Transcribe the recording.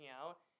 out